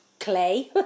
clay